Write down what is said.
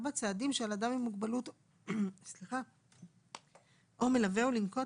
(4)צעדים שעל אדם עם מגבלות או מלווהו לנקוט